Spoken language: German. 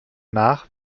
nach